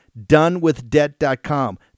donewithdebt.com